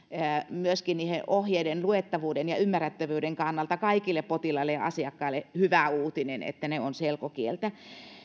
myöskin niiden ohjeiden luettavuuden ja ymmärrettävyyden kannalta kaikille potilaille ja asiakkaille hyvä uutinen että ne ovat selkokieltä